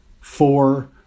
four